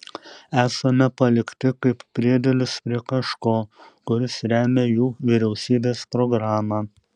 esame palikti kaip priedėlis prie kažko kuris remią jų vyriausybės programą